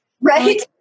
right